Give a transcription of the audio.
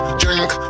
drink